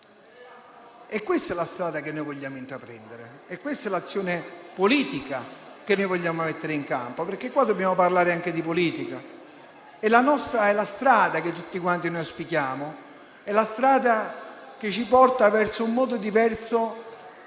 e questa è la strada che noi vogliamo intraprendere, questa è l'azione politica che noi vogliamo mettere in campo perché in questa sede dobbiamo parlare anche di politica. La nostra strada, che tutti quanti auspichiamo, ci porta verso un modo diverso